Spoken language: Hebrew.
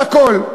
בכול.